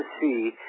see